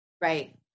Right